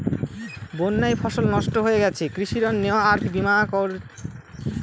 বন্যায় ফসল নষ্ট হয়ে গেছে কৃষি ঋণ নেওয়া আর বিমা করা ছিল বিমার টাকা কিভাবে পাওয়া যাবে?